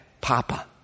papa